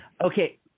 Okay